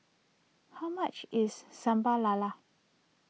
how much is Sambal Lala